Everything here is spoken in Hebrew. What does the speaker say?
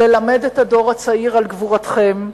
ללמד את הדור הצעיר על גבורתכם,